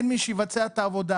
אין מי שיבצע את העבודה,